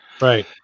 Right